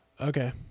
Okay